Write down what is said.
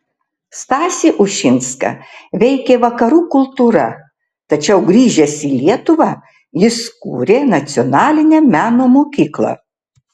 stasį ušinską veikė vakarų kultūra tačiau grįžęs į lietuvą jis kūrė nacionalinę meno mokyklą